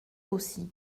aussi